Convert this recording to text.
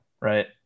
right